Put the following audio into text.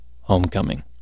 homecoming